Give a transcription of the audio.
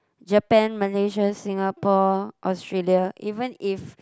Japan Malaysia Singapore Australia even if